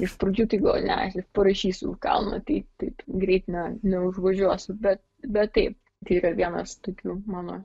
iš pradžių tai galvojau ne parašysiu kalną tai taip greit neužvažiuosiu bet bet taip tai yra vienas tokių mano